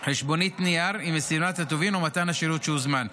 חשבונית נייר עם מסירת הטובין או מתן השירות שהוזמן.